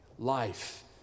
Life